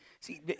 See